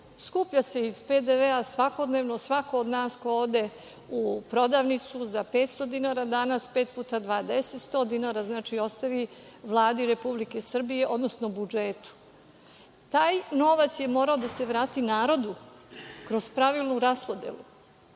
Skuplja se iz PDV svakodnevno, svako od nas ko ode u prodavnicu za 500 dinara danas, pet puta dva deset, sto dinara ostavi Vladi Republike Srbije, odnosno budžetu. Taj novac je morao da se vrati narodu, kroz pravilnu raspodelu,